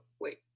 wait